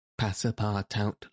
Passapartout